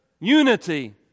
unity